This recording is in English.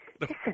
Listen